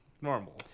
normal